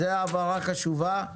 זו הבהרה חשובה.